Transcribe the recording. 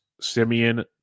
Simeon